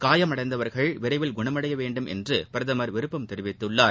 காயமடைந்தவர்கள் விரைவில் குணமடைய வேண்டும் என்று பிரதமர் விருப்பம் தெரிவித்துள்ளார்